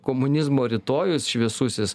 komunizmo rytojus šviesusis